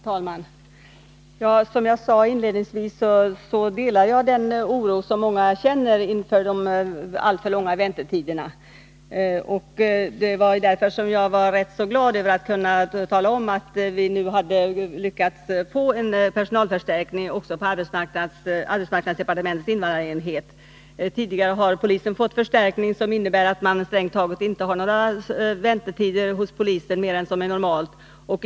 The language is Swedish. Herr talman! Som jag sade inledningsvis delar jag den oro som många känner inför de alltför långa väntetiderna. Det var därför som jag var rätt glad över att kunna tala om att vi nu hade lyckats få en personalförstärkning också på arbetsmarknadsdepartementets invandrarenhet. Tidigare har polisen fått förstärkning, som innebär att man strängt taget inte har några väntetider hos polisen mer än vad som är normalt.